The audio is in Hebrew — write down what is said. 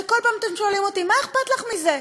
שכל פעם אתם שואלים אותי: מה אכפת לך מזה?